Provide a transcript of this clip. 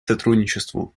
сотрудничеству